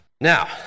Now